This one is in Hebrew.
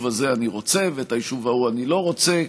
הזה אני רוצה ואת היישוב ההוא אני לא רוצה.